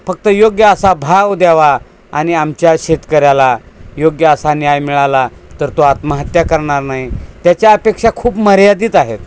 फक्त योग्य असा भाव द्यावा आणि आमच्या शेतकऱ्याला योग्य असा न्याय मिळाला तर तो आत्महत्या करणार नाही त्याच्या अपेक्षा खूप मर्यादित आहेत